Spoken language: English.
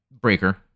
breaker